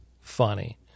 funny